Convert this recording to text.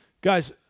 Guys